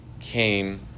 came